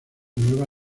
nueva